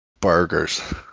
burgers